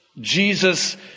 Jesus